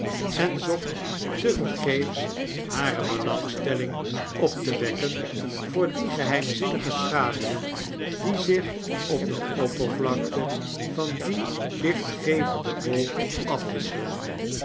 en zocht tevergeefs hare belangstelling op te wekken voor die geheimzinnige schaduwen die zich op de oppervlakte van dien lichtgevenderi bol afwisselen